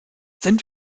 sind